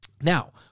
Now